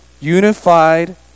unified